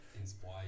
inspire